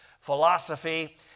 philosophy